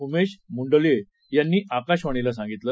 उमेश मुंडल्ये यांनी आकाशवाणीला सांगितलं